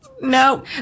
no